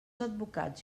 advocats